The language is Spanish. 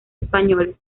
españoles